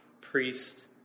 priest